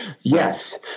Yes